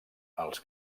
als